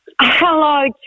Hello